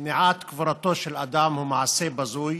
מניעת קבורתו של אדם היא מעשה בזוי.